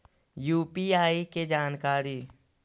UPI के जानकारी?